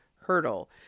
hurdle